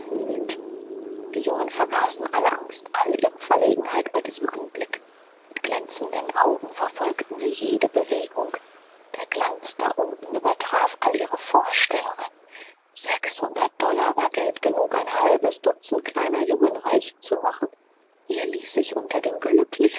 die jungen vergaßen alle angst all ihre verlegenheit bei diesem anblick mit glänzenden augen verfolgten sie jede bewegung der glanz da unten übertraf all ihre vorstellungen sechshundert dollar war geld genug ein halbes dutzend kleiner jungen reich zu machen hier ließ sich unter den glücklichsten